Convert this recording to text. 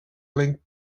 linked